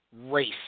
race